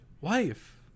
Wife